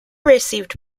received